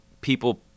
People